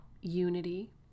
unity